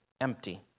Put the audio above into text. empty